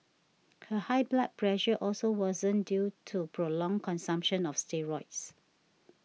her high blood pressure also worsened due to prolonged consumption of steroids